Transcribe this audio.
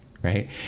right